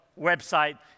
website